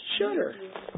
shudder